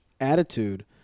attitude